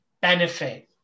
benefit